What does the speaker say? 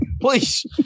Please